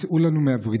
צאו לנו מהוורידים.